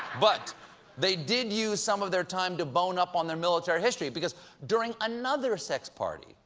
but they did use some of their time to bone up on their military history because during another sex party,